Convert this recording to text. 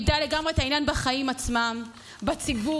איבדה לגמרי את העניין בחיים עצמם, בציבור.